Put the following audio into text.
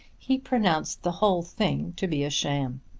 he pronounced the whole thing to be a sham.